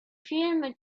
film